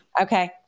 Okay